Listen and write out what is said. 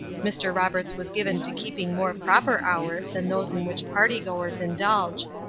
mr. roberts was given to keeping more proper hours than those in which party goers indulge.